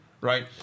right